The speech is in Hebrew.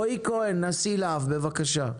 רועי כהן, נשיב להב, בבקשה.